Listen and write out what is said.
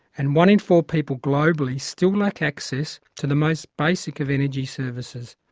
and one in four people globally still lack access to the most basic of energy services.